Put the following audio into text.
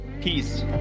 peace